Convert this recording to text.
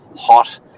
hot